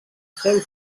seu